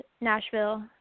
Nashville